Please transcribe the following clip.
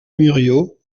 muriot